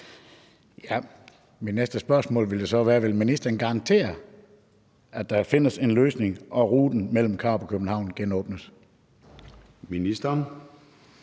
Mit næste spørgsmål vil jo så være: Vil ministeren garantere, at der findes en løsning, og at ruten mellem Karup og København genåbnes?